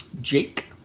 Jake